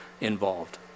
involved